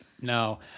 No